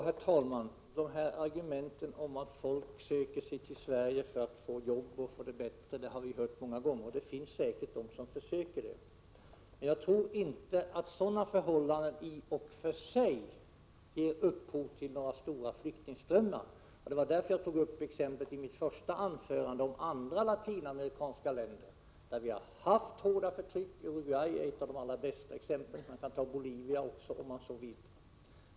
Herr talman! Argumenten att människor söker sig till Sverige för att få jobb och för att få det bättre över huvud taget har vi hört många gånger. Det finns säkert sådana som försöker sig på detta. Men jag tror inte att dylika förhållanden i och för sig ger upphov till några stora flyktingströmmar. Det var därför jag i mitt första anförande förde fram exemplet med andra latinamerikanska länder än Chile, där vi har haft hårda förpliktelser. Uruguay är ett av de allra bästa exemplen, och om man så vill kan man nämna även Bolivia.